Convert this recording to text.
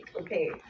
Okay